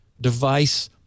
device